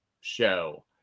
show